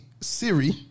siri